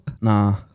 Nah